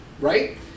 Right